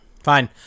Fine